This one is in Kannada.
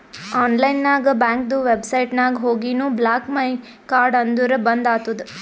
ಆನ್ಲೈನ್ ನಾಗ್ ಬ್ಯಾಂಕ್ದು ವೆಬ್ಸೈಟ್ ನಾಗ್ ಹೋಗಿನು ಬ್ಲಾಕ್ ಮೈ ಕಾರ್ಡ್ ಅಂದುರ್ ಬಂದ್ ಆತುದ